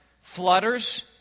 flutters